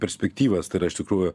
perspektyvas tai yra iš tikrųjų